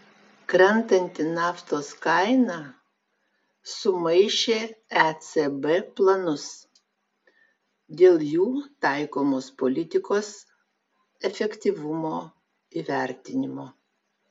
krentanti naftos kaina sumaišė ecb planus dėl jų taikomos politikos efektyvumo įvertinimo